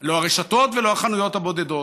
לא הרשתות ולא החנויות הבודדות.